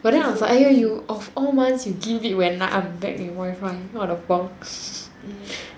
but then out of all months you give it when I was back with wifi what a box